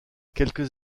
quelques